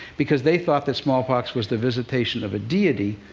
because they thought that smallpox was the visitation of a deity,